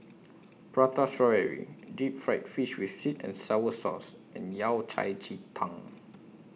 Prata Strawberry Deep Fried Fish with Sweet and Sour Sauce and Yao Cai Ji Tang